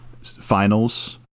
finals